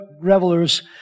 revelers